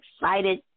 excited